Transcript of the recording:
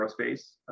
aerospace